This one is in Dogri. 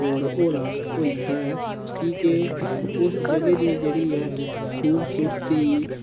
होर हौला होई जंदा ऐ कि के उस जगह् दी जेह्ड़ी ऐ खूबसूरती